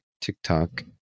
tiktok